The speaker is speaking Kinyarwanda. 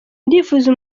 ndifuza